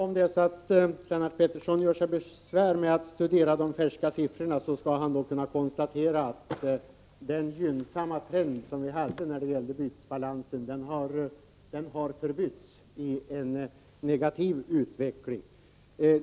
Herr talman! Om Lennart Pettersson gör sig besvär att studera de färska siffrorna kan han konstatera att den gynnsamma trend som vi hade när det gäller bytesbalansen har förbytts i en negativ utveckling.